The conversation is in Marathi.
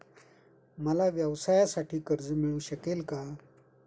मला व्यवसायासाठी कर्ज मिळू शकेल का?